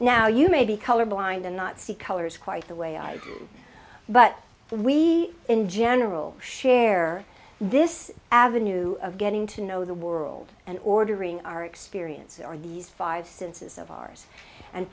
now you may be color blind and not see colors quite the way i but we in general share this avenue of getting to know the world and ordering our experience are these five senses of ours and